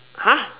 !huh!